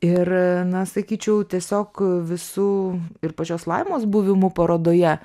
ir na sakyčiau tiesiog visų ir pačios laimos buvimu parodoje